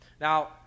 Now